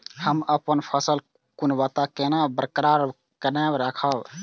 हम अपन फसल गुणवत्ता केना बरकरार केना राखब?